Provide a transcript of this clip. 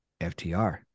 FTR